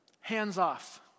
hands-off